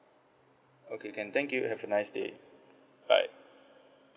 okay can thank you have a nice day bye